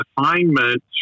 assignment